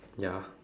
ya